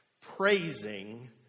Praising